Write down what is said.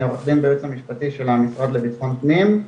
אני עו"ד בייעוץ המשפטי של המשרד לביטחון פנים,